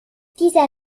dieser